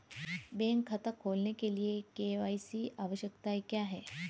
Bank खाता खोलने के लिए के.वाई.सी आवश्यकताएं क्या हैं?